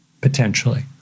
potentially